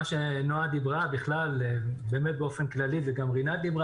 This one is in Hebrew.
נועה דיברה באמת באופן כללי וגם רינת דיברה